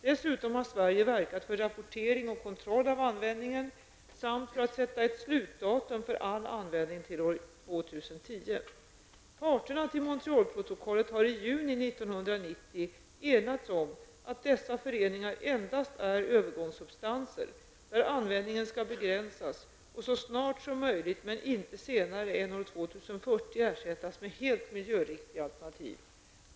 Dessutom har Sverige verkat för rapportering och kontroll av användningen samt för att sätta ett slutdatum för all användning till år enats om att dessa föreningar endast är övergångssubstanser där användningen skall begränsas och så snart som möjligt, men inte senare än år 2040, ersättas med helt miljöriktiga alternativ.